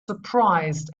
surprised